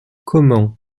comment